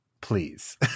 please